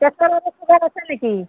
pressure আৰু sugar আছে নেকি